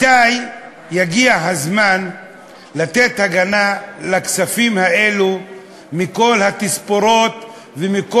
מתי יגיע הזמן לתת הגנה לכספים האלה של כל התספורות וכל